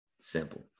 simple